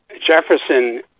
Jefferson